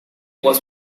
was